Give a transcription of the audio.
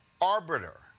arbiter